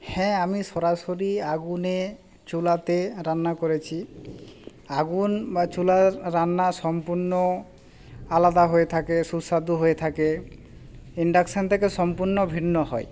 হ্যাঁ আমি সরাসরি আগুনে চুলাতে রান্না করেছি আগুন বা চুলার রান্না সম্পূর্ণ আলাদা হয়ে থাকে সুস্বাদু হয়ে থাকে ইন্ডাকশান থেকে সম্পূর্ণ ভিন্ন হয়